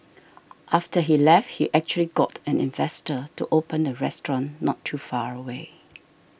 after he left he actually got an investor to open a restaurant not too far away